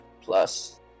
Plus